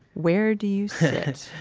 where do you sit?